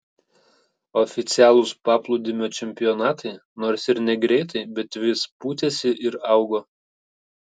oficialūs paplūdimio čempionatai nors ir negreitai bet vis pūtėsi ir augo